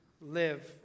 live